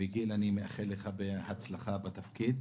גיל, אני מאחל לך בהצלחה בתפקיד.